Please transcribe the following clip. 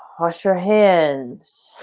wash your hands.